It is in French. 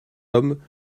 homme